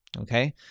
Okay